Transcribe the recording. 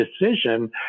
decision